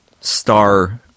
star